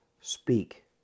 speak